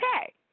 okay